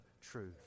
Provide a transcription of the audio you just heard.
truth